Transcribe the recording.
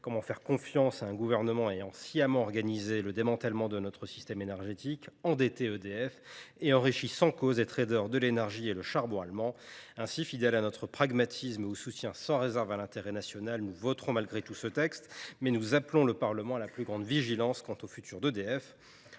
Comment faire confiance à un gouvernement ayant sciemment organisé le démantèlement de notre système énergétique, endetté EDF et enrichi sans raison des traders de l’énergie et l’industrie du charbon allemand ? Fidèles à notre pragmatisme et à notre soutien sans réserve à l’intérêt national, nous voterons malgré tout en faveur de ce texte, mais nous appelons le Parlement à faire preuve de la plus grande vigilance sur le futur d’EDF.